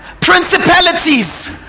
principalities